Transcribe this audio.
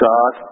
God